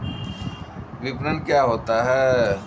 विपणन क्या होता है?